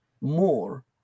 more